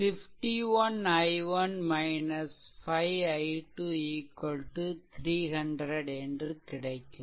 51 i1 - 5i 2 300 என்று கிடைக்கும்